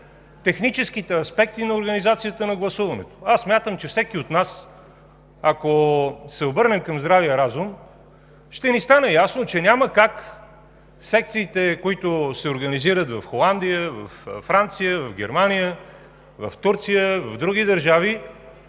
техническите аспекти на организацията на гласуването. Аз смятам, че всеки от нас, ако се обърне към здравия разум, ще ни стане ясно, че няма как секциите, които се организират в Холандия, Франция, Германия, Турция, в други държави